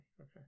Okay